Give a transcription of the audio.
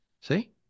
see